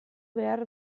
behar